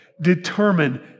determine